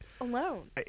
alone